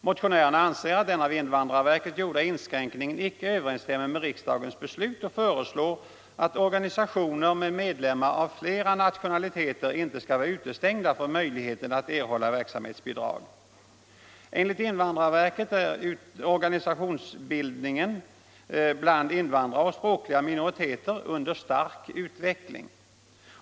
Motionärerna anser att den av invandrarverket gjorda inskränkningen icke överensstämmer med riksdagens beslut och föreslår att organisationer med medlemmar av flera nationaliteter inte skall vara utestängda från möjligheten att erhålla verksamhetsbidrag. Enligt invandrarverket är organisationsbildningen bland invandrare och språkliga minoriteter under stark utveckling.